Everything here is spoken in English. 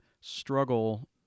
struggle